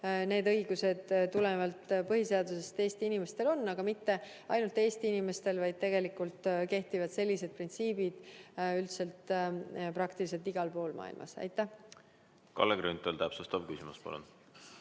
Need õigused tulenevalt põhiseadusest Eesti inimestel on, aga mitte ainult Eesti inimestel, vaid tegelikult kehtivad sellised printsiibid üldiselt peaaegu igal pool maailmas. Kalle Grünthal, täpsustav küsimus, palun!